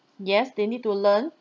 yes they need to learn